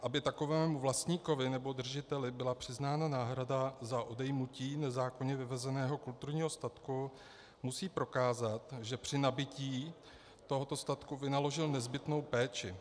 Aby takovému vlastníkovi nebo držiteli byla přiznána náhrada za odejmutí nezákonně vyvezeného kulturního statku, musí prokázat, že při nabytí tohoto statku vynaložil nezbytnou péči.